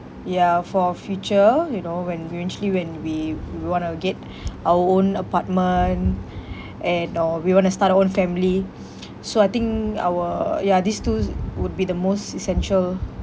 ya for our future you know when eventually when we we want to get our own apartment and or we want to start our own family so I think our ya these two s~ would be the most essential